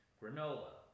granola